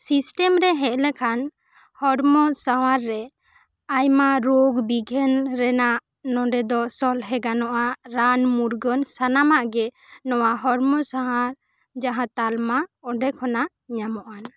system ᱨᱮ ᱦᱮᱡ ᱞᱮᱠᱷᱟᱱ ᱦᱚᱲᱢᱚ ᱥᱟᱶᱟᱨ ᱨᱮ ᱟᱭᱢᱟ ᱨᱳᱜᱽ ᱵᱤᱜᱷᱮᱱ ᱨᱮᱱᱟᱜ ᱱᱚᱸᱰᱮ ᱫᱚ ᱥᱚᱞᱦᱮ ᱜᱟᱱᱚᱜᱼᱟ ᱨᱟᱱ ᱢᱩᱨᱜᱟᱹᱱ ᱥᱟᱱᱟᱢᱟᱜ ᱜᱮ ᱱᱚᱣᱟ ᱦᱚᱲᱢᱚ ᱥᱟᱶᱟᱨ ᱡᱟᱦᱟᱸ ᱛᱟᱞᱢᱟ ᱚᱸᱰᱮ ᱠᱷᱚᱱᱟᱜ ᱧᱟᱢᱚᱜᱼᱟ